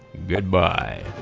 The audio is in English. good-bye!